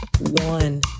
one